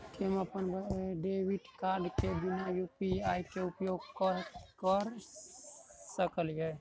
की हम अप्पन debit card केँ बिना यु.पी.आई केँ उपयोग करऽ सकलिये?